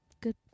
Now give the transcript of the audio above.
good